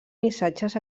missatges